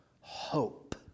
hope